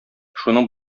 шуның